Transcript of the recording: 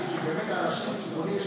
כי אנשים פונים,